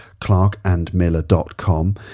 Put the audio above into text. ClarkandMiller.com